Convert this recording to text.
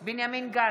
(קוראת בשמות חברי הכנסת) בנימין גנץ,